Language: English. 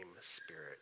Spirit